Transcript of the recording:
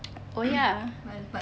oh ya